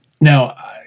Now